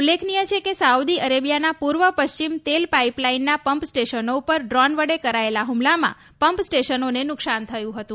ઉલ્લેખનીય છે કે સાઉદી અરેબિયાના પૂર્વ પશ્ચિમ તેલ પાઇપલાઇનના પંપ સ્ટેશનો ઉપર ડ્રોન વડ કરાયેલા હુમલામાં પંપ સ્ટેશનોને નુકસાન થયું હતું